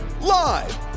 Live